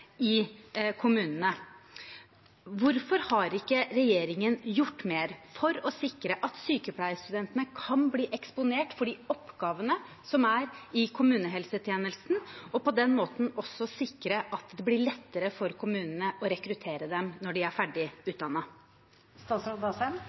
i kommunene. Hvorfor har ikke regjeringen gjort mer for å sikre at sykepleierstudentene kan bli eksponert for de oppgavene som er i kommunehelsetjenesten, og på den måten også sikre at det blir lettere for kommunene å rekruttere dem når de er ferdig